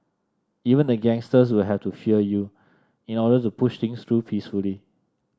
even the gangsters will have to fear you in order to push things through peacefully